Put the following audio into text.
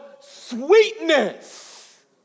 sweetness